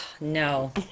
no